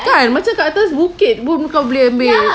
kan macam kat atas bukit pun boleh kau ambil